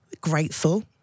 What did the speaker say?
grateful